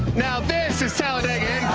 now, this is talladega